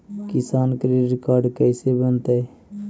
किसान credit card कैसे बनतै?